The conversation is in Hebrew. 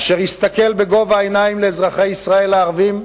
אשר הסתכל בגובה העיניים אל אזרחי ישראל הערבים,